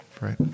right